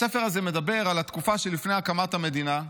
הספר הזה מדבר על התקופה שלפני הקמת המדינה,